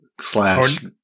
slash